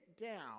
down